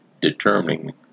determining